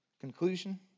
Conclusion